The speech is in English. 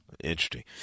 interesting